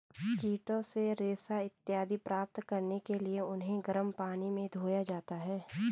कीटों से रेशा इत्यादि प्राप्त करने के लिए उन्हें गर्म पानी में धोया जाता है